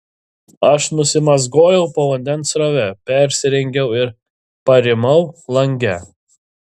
aš nusimazgojau po vandens srove persirengiau ir parimau lange